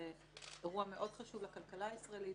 זה אירוע מאוד חשוב לכלכלה הישראלית,